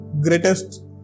greatest